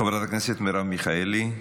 חברת הכנסת מרב מיכאלי,